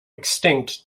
extinct